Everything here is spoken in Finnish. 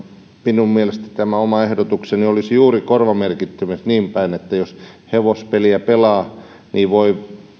minun mielestäni tämä oma ehdotukseni olisi juuri korvamerkittävissä niin päin että jos hevospeliä pelaa niin voi